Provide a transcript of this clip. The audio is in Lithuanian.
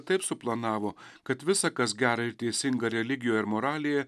taip suplanavo kad visa kas gera ir teisinga religijoj ir moralėje